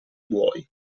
buoi